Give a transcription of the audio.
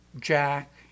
Jack